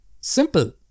Simple